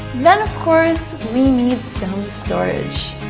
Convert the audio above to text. then, of course, we need some storage.